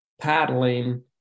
paddling